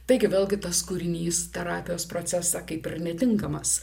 taigi vėlgi tas kūrinys terapijos procese kaip ir netinkamas